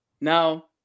now